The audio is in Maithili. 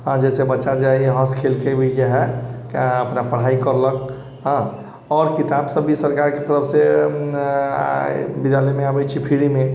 आओर जाहिसे बच्चा जाइयै यहाँसँ खेलके भी जे हइ अपना पढ़ाइ करलक हँ आओर किताब सभ भी सरकारके तरफसँ विद्यालयमे अबै छै फ्री मे